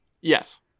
Yes